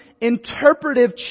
interpretive